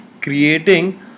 creating